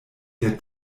der